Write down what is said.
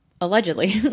allegedly